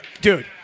Dude